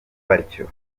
batyo